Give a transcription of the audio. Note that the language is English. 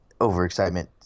overexcitement